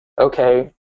okay